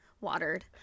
watered